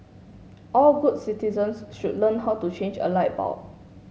all good citizens should learn how to change a light bulb